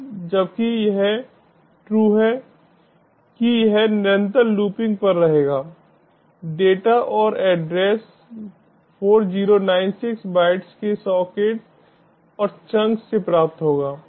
अब जबकि यह ट्रू है कि यह निरंतर लूपिंग पर रहेगा डेटा और एड्रेस 4096 बाइट्स के सॉकेट और चंक्स से प्राप्त होगा